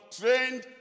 trained